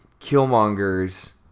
Killmonger's